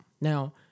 Now